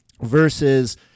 versus